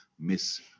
miss